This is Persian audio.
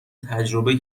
تجربه